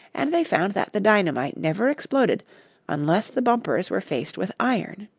and they found that the dynamite never exploded unless the bumpers were faced with iron.